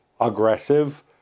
aggressive